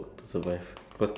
um